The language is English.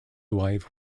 wife